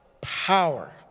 power